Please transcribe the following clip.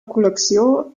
col·lecció